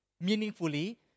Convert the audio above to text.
meaningfully